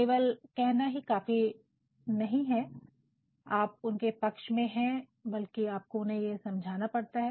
केवल कहना ही काफी नहीं है कि आप उनके पक्ष में हैं बल्कि आपको उन्हें समझाना पड़ता है